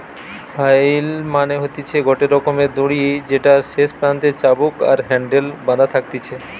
flail মানে হতিছে গটে রকমের দড়ি যেটার শেষ প্রান্তে চাবুক আর হ্যান্ডেল বাধা থাকতিছে